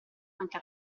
anche